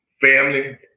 family